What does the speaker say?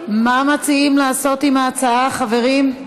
מציעים לעשות עם ההצעה, חברים?